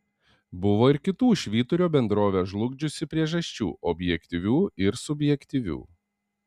buvo ir kitų švyturio bendrovę žlugdžiusių priežasčių objektyvių ir subjektyvių